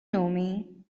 know